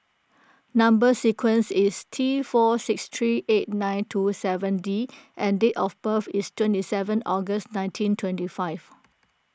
Number Sequence is T four six three eight nine two seven D and date of birth is twenty seven August nineteen twenty five